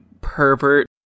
pervert